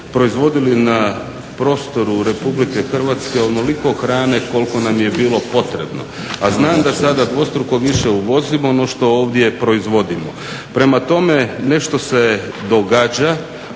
proizvodili na prostoru Republike Hrvatske onoliko hrane koliko nam je bilo potrebno, a znam da sada dvostruko više uvozimo no što ovdje proizvodimo. Prema tome nešto se događa,